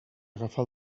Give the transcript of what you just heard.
agafar